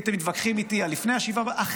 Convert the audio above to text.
הייתם מתווכחים איתי לפני 7 באוקטובר,